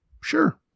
sure